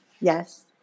Yes